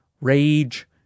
rage